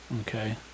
Okay